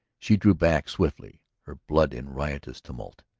she drew back swiftly, her blood in riotous tumult.